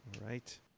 right